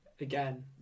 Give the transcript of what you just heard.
Again